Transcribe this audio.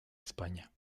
españa